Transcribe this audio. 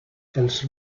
els